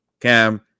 Cam